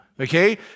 okay